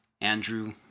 Andrew